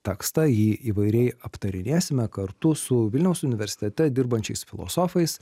tekstą jį įvairiai aptarinėsime kartu su vilniaus universitete dirbančiais filosofais